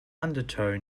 undertow